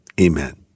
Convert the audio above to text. Amen